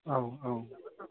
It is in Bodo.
औ औ